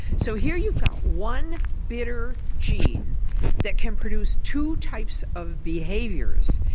so here you've got one bitter gene that can produce two types of behaviours,